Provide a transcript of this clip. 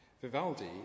Vivaldi